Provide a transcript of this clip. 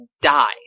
die